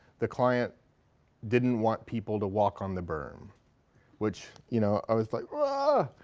the client didn't want people to walk on the berm which, you know, i was like ahhh!